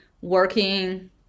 working